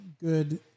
good